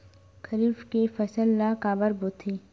खरीफ के फसल ला काबर बोथे?